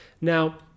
Now